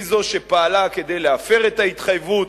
היא זו שפעלה כדי להפר את ההתחייבות,